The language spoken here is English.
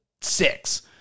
six